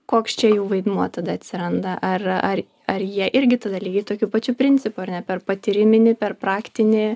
koks čia jų vaidmuo tada atsiranda ar ar ar jie irgi tada lygiai tokiu pačiu principu ar ne per patyriminį per praktinį